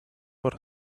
por